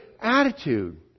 attitude